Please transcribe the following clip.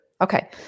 Okay